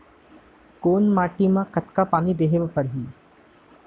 कोन माटी म कतका पानी देहे बर परहि?